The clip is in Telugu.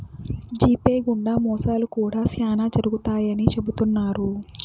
జీపే గుండా మోసాలు కూడా శ్యానా జరుగుతాయని చెబుతున్నారు